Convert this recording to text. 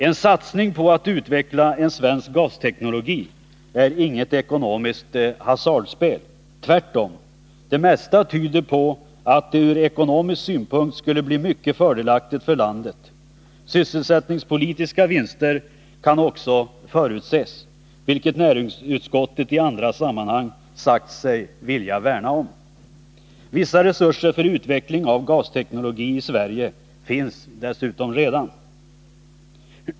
En satsning på att utveckla en svensk gasteknologi är inget ekonomiskt hasardspel. Tvärtom! Det mesta tyder på att det ur ekonomisk synpunkt skulle bli mycket fördelaktigt för landet. Sysselsättningspolitiska vinster kan också förutses, vilket näringsutskottet i andra sammanhang sagt sig vilja värna om. Vissa resurser för utveckling av gasteknologi i Sverige finns dessutom redan.